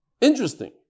Interesting